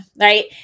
right